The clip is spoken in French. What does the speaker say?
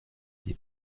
des